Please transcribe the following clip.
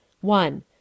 one